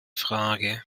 frage